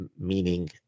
meaning